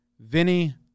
Vinny